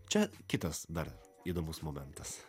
čia kitas dar įdomus momentas